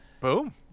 Boom